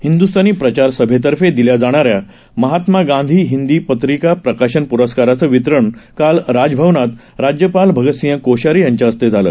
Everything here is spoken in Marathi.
हिंदुस्तानी प्रचार सभेतर्फे दिल्या जाणाऱ्या महात्मा गांधी हिंदी पत्रिका प्रकाशन प्रस्कारांचं वितरण काल राजभवनात राज्यपाल भगतसिंह कोश्यारी यांच्या हस्ते झालं